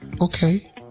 Okay